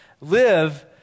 Live